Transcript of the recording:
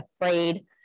afraid